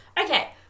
Okay